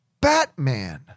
Batman